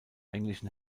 englischen